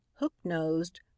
hook-nosed